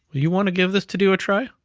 you want to give this to do a try?